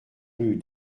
rue